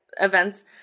events